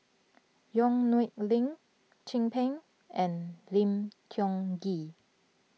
Yong Nyuk Lin Chin Peng and Lim Tiong Ghee